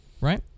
right